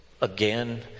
Again